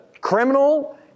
criminal